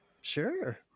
sure